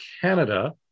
Canada